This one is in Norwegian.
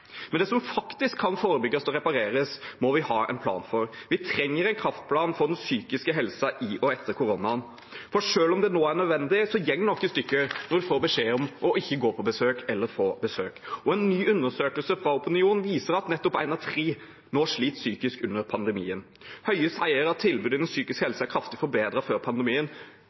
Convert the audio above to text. Men det som faktisk kan forebygges og repareres, må vi ha en plan for. Vi trenger en kraftplan for den psykiske helsen i og etter koronaen. For selv om det nå er nødvendig, så går noe i stykker når en får beskjed om ikke å gå på besøk eller få besøk. En ny undersøkelse fra Opinion viser at en av tre sliter psykisk nå under pandemien. Høie sier at tilbudet innen psykisk helse er kraftig forbedret før pandemien.